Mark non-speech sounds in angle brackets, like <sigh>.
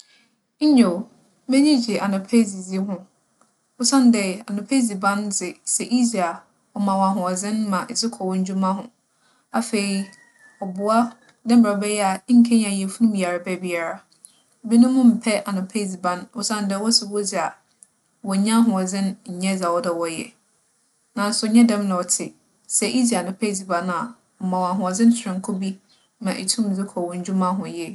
Nyew, m'enyi gye anapa edzidzi ho osiandɛ, anapa edziban dze, sɛ idzi a, ͻma wo ahoͻdzen ma edze kͻ wo ndwuma ho Afei, <noise> ͻboa dɛ mbrɛ ͻbɛyɛ a innkenya yafun mu yarba biara. Binom mmpɛ anapa edziban osiandɛ wͻse wodzi a, wonnya ahoͻdzen nnyɛ dza ͻwͻ dɛ wͻyɛ. Naaso nnyɛ dɛm na ͻtse. Sɛ idzi anapa edziban a, ͻma wo ahoͻdzen soronko bi ma itum dze kͻ wo ndwuma ho yie.